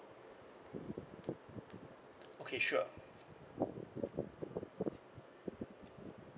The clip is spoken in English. okay sure